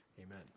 Amen